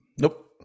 Nope